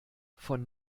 von